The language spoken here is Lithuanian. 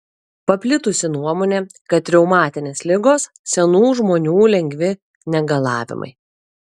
paplitusi nuomonė kad reumatinės ligos senų žmonių lengvi negalavimai